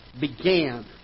began